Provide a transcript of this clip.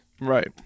right